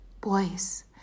Boys